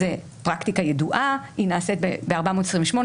זאת פרקטיקה ידועה שנעשית ב-428,